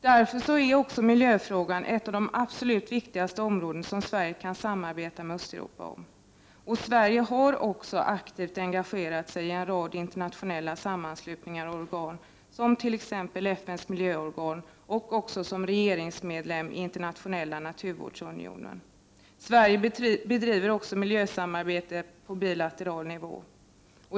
105 Miljöfrågan är därför ett av de viktigaste områden som Sverige kan samarbeta med Östeuropa om. Sverige har också aktivt engagerat sig i en rad internationella sammanslutningar och organ, som t.ex. i UNEP, FN:s miljöorgan, och som regeringsmedlem i Internationella naturvårdsunionen. Sverige bedriver också miljösamarbete på bilateral nivå.